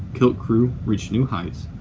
kilt crew reached new heights.